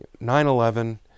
9-11